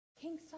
King